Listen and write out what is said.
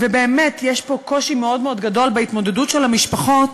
ובאמת יש פה קושי מאוד מאוד גדול בהתמודדות של המשפחות